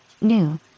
new